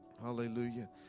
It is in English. Hallelujah